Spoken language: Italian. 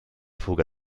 fuga